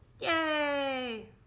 Yay